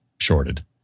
shorted